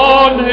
on